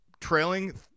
trailing